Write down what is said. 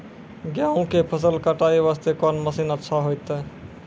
गेहूँ के फसल कटाई वास्ते कोंन मसीन अच्छा होइतै?